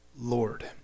lord